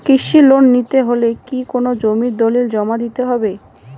কৃষি লোন নিতে হলে কি কোনো জমির দলিল জমা দিতে হবে?